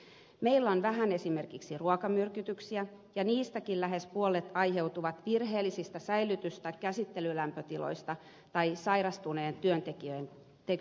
meillä on vähän esimerkiksi ruokamyrkytyksiä ja niistäkin lähes puolet aiheutuu virheellisistä säilytys tai käsittelylämpötiloista tai sairastuneen työntekijän käsistä